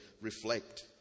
Reflect